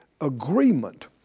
agreement